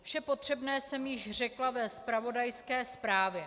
Vše potřebné jsem již řekla ve zpravodajské zprávě.